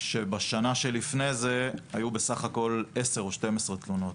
כשבשנה שלפני זה היו בסך הכול 10 או 12 תלונות.